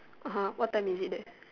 uh what time is it there